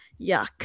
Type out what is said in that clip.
yuck